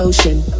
Ocean